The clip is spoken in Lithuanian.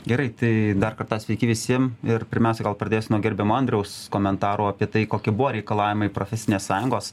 gerai tai dar kartą sveiki visi ir pirmiausia gal pradėsiu nuo gerbiamo andriaus komentarų apie tai kokie buvo reikalavimai profesinės sąjungos